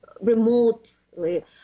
remotely